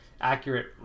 accurate